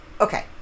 Okay